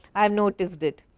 i um noticed it.